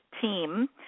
team